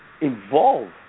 involve